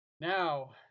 Now